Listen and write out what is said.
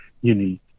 unique